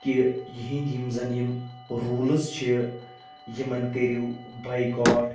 کہ یِہنٛدۍ یم زن یم روٗلٕز چھِ یمن کٔرِو بایکاٹ